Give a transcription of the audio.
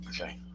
Okay